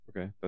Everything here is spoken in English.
Okay